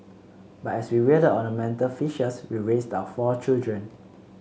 but as we rear the ornamental fishes we raised our four children